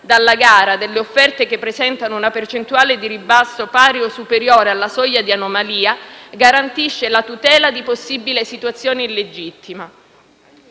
dalla gara delle offerte che presentano una percentuale di ribasso pari o superiore alla soglia di anomalia garantisce la tutela di possibili situazioni illegittime.